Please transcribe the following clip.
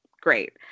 Great